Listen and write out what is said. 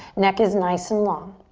neck is nice and long.